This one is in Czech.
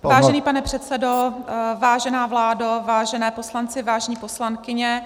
Vážený pane předsedo, vážená vládo, vážení poslanci, vážené poslankyně.